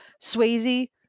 Swayze